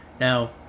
Now